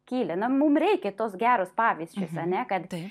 kilę nu mum reikia tos geros pavyzdžius ar ne kad